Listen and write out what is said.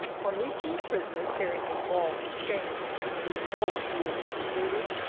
when we see a prisoner carrying a ball and chain we know that he is a deserter,